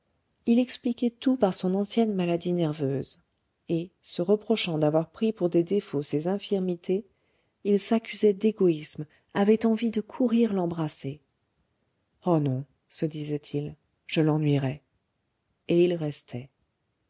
il expliquait tout par son ancienne maladie nerveuse et se reprochant d'avoir pris pour des défauts ses infirmités il s'accusait d'égoïsme avait envie de courir l'embrasser oh non se disait-il je l'ennuierais et il restait